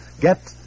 Get